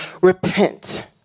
repent